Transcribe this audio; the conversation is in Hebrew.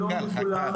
שלום לכולם.